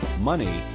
money